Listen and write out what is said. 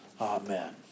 amen